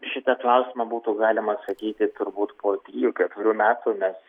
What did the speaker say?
šitą klausimą būtų galima atsakyti turbūt po trijų ketverių metų nes